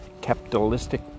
capitalistic